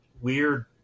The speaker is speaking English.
weird